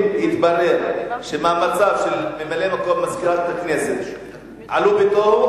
אם יתברר שמאמציו של ממלא-מקום מזכירת הכנסת עלו בתוהו,